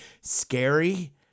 scary